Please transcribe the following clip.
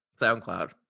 SoundCloud